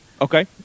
Okay